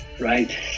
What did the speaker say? right